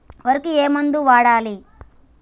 వరికి ఏ మందు వాడాలి?